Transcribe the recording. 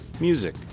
music